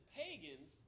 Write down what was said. pagans